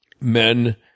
Men